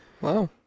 Wow